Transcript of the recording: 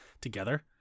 together